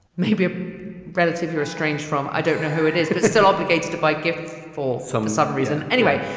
maybe a relative you're estranged from. i don't know who it is, but still obligated to buy gifts for some some reason anyway.